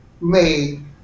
made